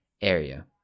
area